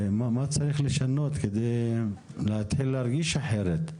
ומה צריך לשנות כדי להתחיל להרגיש אחרת?